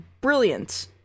brilliant